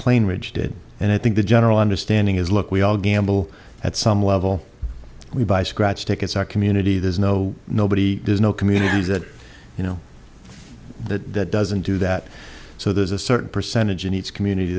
plane ridge did and i think the general understanding is look we all gamble at some level we buy scratch tickets our community there's no nobody there's no communities that you know that doesn't do that so there's a certain percentage in each community